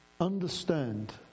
understand